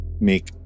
make